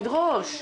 תדרוש.